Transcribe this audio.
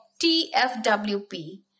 TFWP